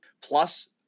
plus